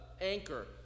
anchor